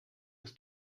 ist